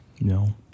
No